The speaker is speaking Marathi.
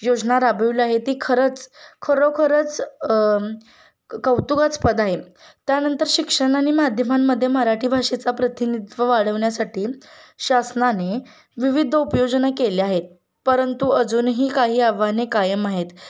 योजना राबविली आहे ती खरंच खरोखरच कौतुकास्पद आहे त्यानंतर शिक्षण आणि माध्यमांमध्ये मराठी भाषेचा प्रतिनिधित्व वाढवण्यासाठी शासनाने विविध उपयोजना केल्या आहेत परंतु अजूनही काही आव्हाने कायम आहेत